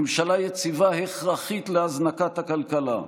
ממשלה יציבה הכרחית להזנקת הכלכלה,